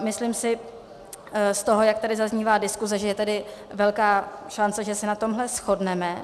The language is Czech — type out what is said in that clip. Myslím si z toho, jak tady zaznívá diskuze, že je tady velká šance, že se na tomhle shodneme.